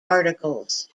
articles